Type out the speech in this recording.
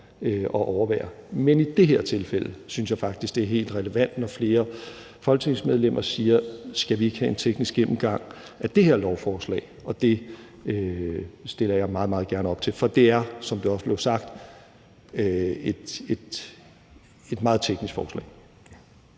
at overvære – men i det her tilfælde synes jeg faktisk det er helt relevant, når flere folketingsmedlemmer spørger, om vi ikke skal have en teknisk gennemgang af det her lovforslag. Det stiller jeg meget, meget gerne op til, for det er, som det også blev sagt, et meget teknisk forslag.